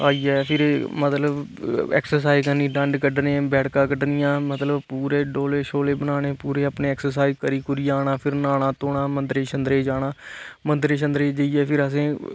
आइयै फिर मतलब एक्सरसाइज करनी डंड कड्ढने बैठकां कड्ढनियां मतलब पुूरे डोले शोले बनाने पूरे अपने एक्सरसाइज करी कोरी ऐ आना फिर न्हाना धोना मदंरे शदंरे जाना मंदरे शंदरे जेइयै फिर आसे